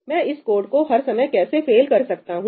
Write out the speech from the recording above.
मैं इस कोड को हर समय कैसे फेल कर सकता हूं